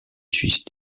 suisse